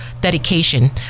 dedication